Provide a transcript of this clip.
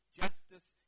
justice